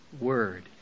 word